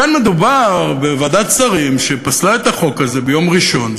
כאן מדובר בוועדת שרים שפסלה את החוק ביום ראשון,